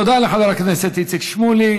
תודה לחבר הכנסת איציק שמולי.